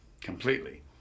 completely